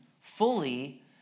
fully